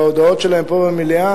או ההודעות שלהם פה במליאה,